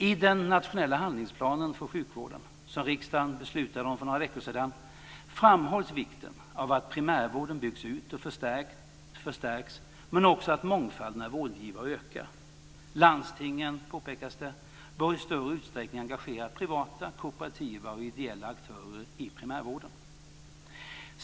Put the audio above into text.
I den nationella handlingsplanen för sjukvården, som riksdagen beslutade om för några veckor sedan, framhålls vikten av att primärvården byggs ut och förstärks men också att mångfalden av vårdgivare ökar. Det påpekas att landstingen i större utsträckning bör engagera privata, kooperativa och ideella aktörer i primärvården.